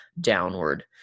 downward